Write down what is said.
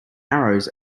arrows